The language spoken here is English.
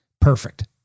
Perfect